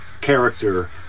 character